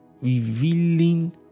Revealing